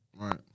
Right